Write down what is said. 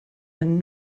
and